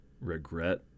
regret